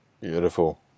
Beautiful